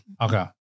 Okay